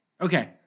Okay